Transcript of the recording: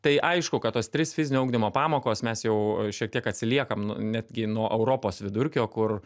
tai aišku kad tos trys fizinio ugdymo pamokos mes jau šiek tiek atsiliekam netgi nuo europos vidurkio kur